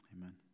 amen